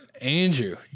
Andrew